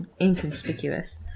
inconspicuous